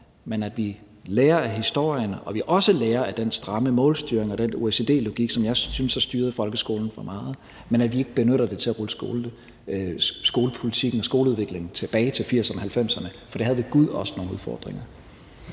men at vi lærer af historien, og at vi også lærer af den stramme målstyring og den OECD-logik, som jeg synes har styret folkeskolen for meget, men at vi ikke benytter det til at rulle skolepolitikken og skoleudviklingen tilbage til 1980'erne og 1990'erne, for det havde ved gud også nogle udfordringer.